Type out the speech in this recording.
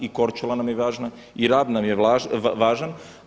I Korčula nam je važna i Rab nam je važan.